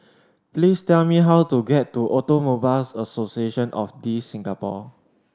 please tell me how to get to Automobile Association of The Singapore